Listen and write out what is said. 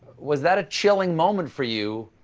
was that a chilling moment for you